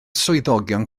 swyddogion